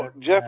Jeff